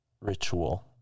ritual